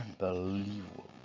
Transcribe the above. unbelievable